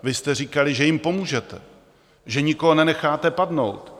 Vy jste říkali, že jim pomůžete, že nikoho nenecháte padnout.